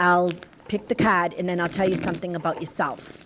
i'll pick the cad and then i'll tell you something about yourself